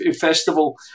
Festival